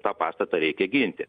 tą pastatą reikia ginti